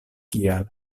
kial